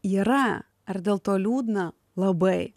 yra ar dėl to liūdna labai